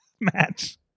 match